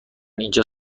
اینجا